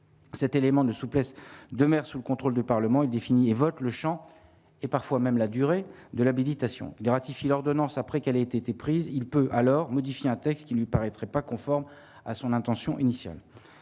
cet élément de souplesse de sous le contrôle du Parlement est défini évoque le chant et parfois même la durée de l'habilitation des ratifie l'ordonnance après qu'elle été prise, il peut alors modifier un texte qui lui paraîtrait pas conforme à son intention initiale,